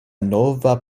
nova